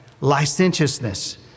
licentiousness